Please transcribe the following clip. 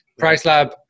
Pricelab